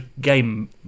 game